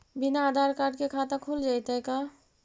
बिना आधार कार्ड के खाता खुल जइतै का?